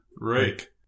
Right